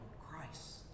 Christ